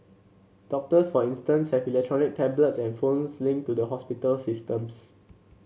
doctors for instance have electronic tablets and phones linked to the hospital systems